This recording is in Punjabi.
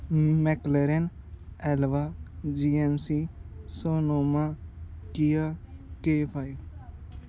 McLaren Elva GMC Sonoma Kia K five